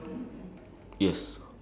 left and right is blue right